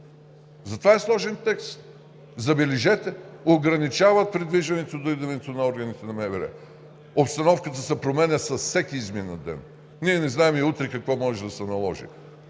Затова е сложен текст. Забележете, ограничават придвижването до идването на органите на МВР. Обстановката се променя с всеки изминат ден. Ние не знаем утре какво може да се наложи.